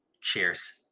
Cheers